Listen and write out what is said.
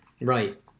Right